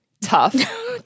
tough